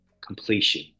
completion